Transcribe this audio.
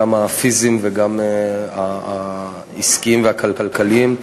גם פיזית וגם עסקית וכלכלית.